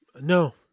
No